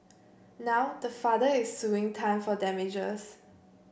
now the father is suing Tan for damages